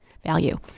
value